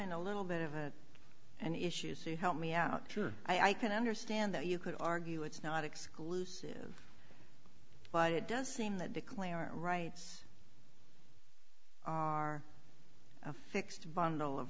having a little bit of a an issue so help me out sure i can understand that you could argue it's not exclusive but it does seem that declare our rights are a fixed bundle of